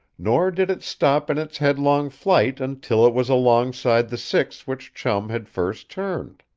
nor did it stop in its headlong flight until it was alongside the six which chum had first turned.